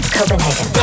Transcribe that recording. Copenhagen